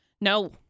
No